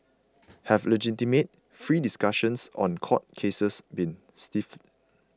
have legitimate free discussions on court cases been stifled